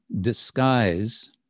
disguise